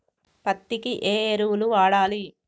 పత్తి కి ఏ ఎరువులు వాడాలి?